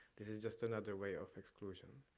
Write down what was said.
this is just another way of exclusion.